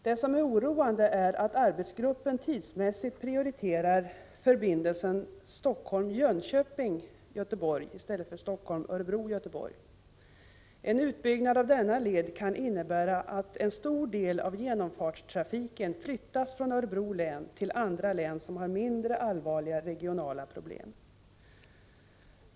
Det som är oroande är att arbetsgruppen tidsmässigt prioriterar förbindelsen Helsingfors-Jönköping-Göteborg i stället för Helsingfors-Örebro-Göteborg. En utbyggnad av denna led kan innebära att en stor del av genomfartstrafiken flyttas från Örebro län till andra län som har mindre allvarliga regionala problem.